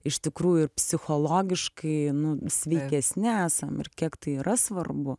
iš tikrųjų ir psichologiškai nu sveikesni esam ir kiek tai yra svarbu